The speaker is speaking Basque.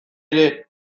ere